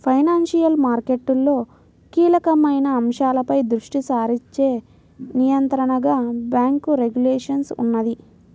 financial మార్కెట్లలో కీలకమైన అంశాలపై దృష్టి సారించే నియంత్రణగా బ్యేంకు రెగ్యులేషన్ ఉన్నది